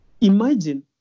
imagine